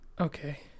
Okay